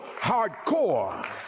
hardcore